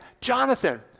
Jonathan